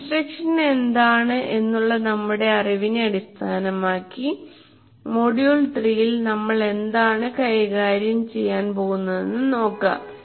instruction എന്താണ് എന്നുള്ള നമ്മുടെ അറിവിനെ അടിസ്ഥാനമാക്കിന്റെ മൊഡ്യൂൾ 3 ൽ നമ്മൾ എന്താണ് കൈകാര്യം ചെയ്യാൻ പോകുന്നതെന്ന് നോക്കാം